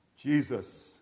Jesus